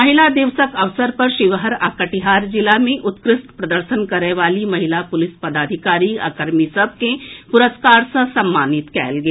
महिला दिवसक अवसर पर शिवहर आ कटिहार जिला मे उत्कृष्ट प्रदर्शन करए वाली महिला पुलिस पदाधिकारी आ कर्मी सभ के पुरस्कार सँ सम्मानित कयल गेल